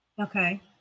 Okay